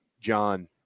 John